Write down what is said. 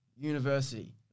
university